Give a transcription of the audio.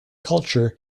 culture